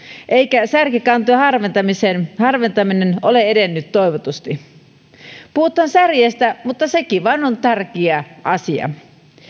eikä särkikantojen harventaminen harventaminen ole edennyt toivotusti puhutaan särjestä mutta sekin vain on tärkeä asia